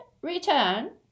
return